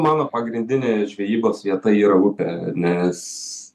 mano pagrindinė žvejybos vieta yra upė nes